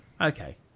Okay